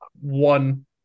one